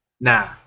nah